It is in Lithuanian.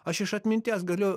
aš iš atminties galiu